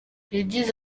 yagize